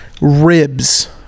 Ribs